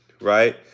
right